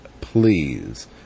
please